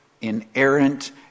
inerrant